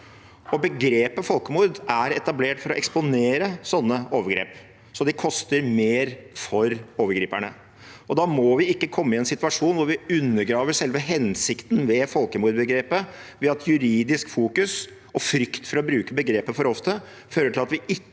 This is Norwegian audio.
begrepet «folkemord» er etablert for å eksponere sånne overgrep, så de koster mer for overgriperne. Da må vi ikke komme i en situasjon hvor vi undergraver selve hensikten med folkemordbegrepet ved at juridisk fokus og frykt for å bruke begrepet for ofte fører til at vi ikke